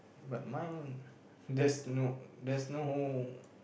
but mine there's no there's no